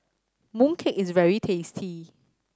mooncake is very tasty